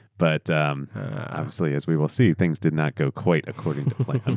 but obviously as we will see, things did not go quite according to plan.